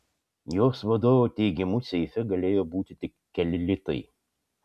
jos vadovo teigimu seife galėjo būti tik keli litai